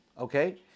okay